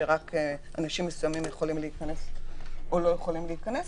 שרק אנשים מסוימים יכולים להיכנס או לא יכולים להיכנס,